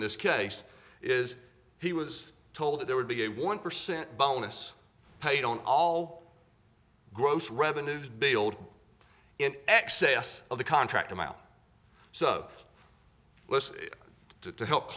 in this case is he was told there would be a one percent bonus paid on all gross revenues build in excess of the contract amount so to to help